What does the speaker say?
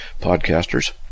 podcasters